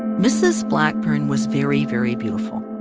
mrs. blackburn was very, very beautiful,